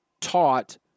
taught